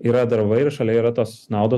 yra darbai ir šalia yra tos naudos